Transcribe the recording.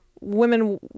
women